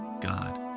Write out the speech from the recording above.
God